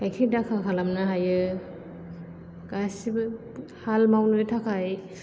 गाइखेर दाखा खालामनो हायो गासैबो हाल मावनो थाखाय